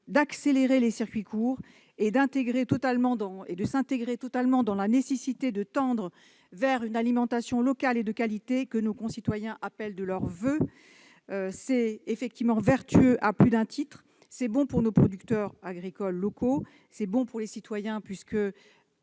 d'accélérer les circuits courts et intègrent totalement la nécessité de tendre vers l'alimentation locale et de qualité que nos concitoyens appellent de leurs voeux. Cette dynamique est vertueuse à plus d'un titre : elle est bonne pour nos producteurs agricoles locaux, elle est bonne pour les citoyens, puisque